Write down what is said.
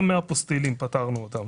גם מאפוסטילים פטרנו אותם,